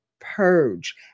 purge